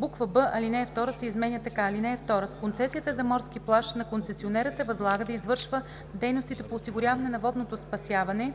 трето; б) алинея 2 се изменя така: „(2) С концесията за морски плаж на концесионера се възлага да извършва дейностите по осигуряване на водното спасяване,